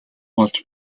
болж